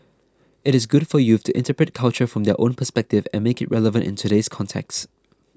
it is good for youth to interpret culture from their own perspective and make it relevant in today's context